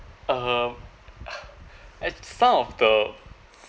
um at some of the